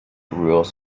rules